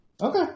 Okay